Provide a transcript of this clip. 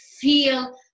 feel